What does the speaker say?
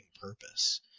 purpose